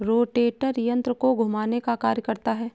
rotator यन्त्र को घुमाने का कार्य करता है